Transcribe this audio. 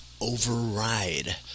override